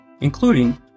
including